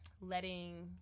letting